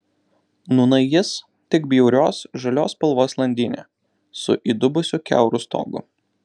nūnai jis tik bjaurios žalios spalvos landynė su įdubusiu kiauru stogu